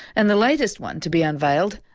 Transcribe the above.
and the latest one to be unveiled,